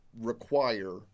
require